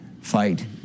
fight